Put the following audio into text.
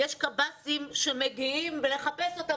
יש קציני ביקור סדיר שמגיעים לחפש אותם,